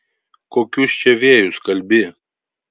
kokius čia vėjus kalbi